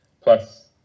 plus